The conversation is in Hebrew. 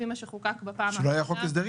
לפי מה שחוקק בפעם האחרונה --- כשלא היה חוק הסדרים.